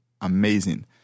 amazing